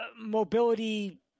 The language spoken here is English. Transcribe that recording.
mobility